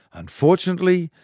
unfortunately,